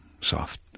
soft